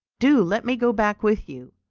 do let me go back with you.